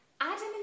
Adam